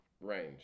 range